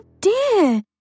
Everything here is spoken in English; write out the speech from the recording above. dear